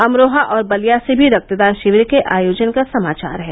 अमरोहा और बलिया से भी रक्तदान शिविर के आयोजन का समाचार है